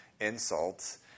insults